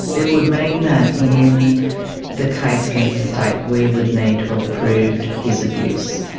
it would mean that in the case against the state we would need to have proved his abuse,